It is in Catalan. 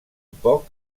poc